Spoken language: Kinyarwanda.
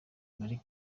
marie